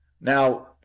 Now